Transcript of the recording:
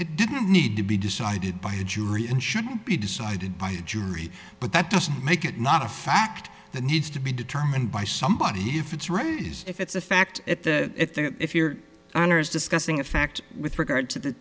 it didn't need to be decided by a jury and shouldn't be decided by a jury but that doesn't make it not a fact that needs to be determined by somebody if it's right if it's a fact at the if the if your honor is discussing a fact with regard to the